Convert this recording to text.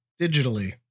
digitally